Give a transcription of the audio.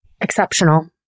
exceptional